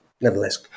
nevertheless